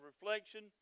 reflection